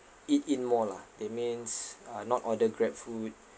eat in more lah that means uh not order GrabFood